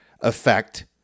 effect